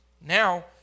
Now